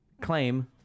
claim